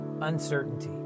uncertainty